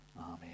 amen